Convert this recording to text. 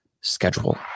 schedule